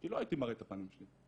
כי לא הייתי מראה את הפנים שלי,